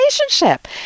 relationship